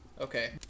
Okay